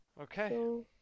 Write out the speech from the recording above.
Okay